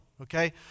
Okay